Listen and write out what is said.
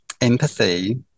empathy